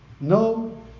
No